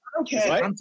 Okay